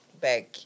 Back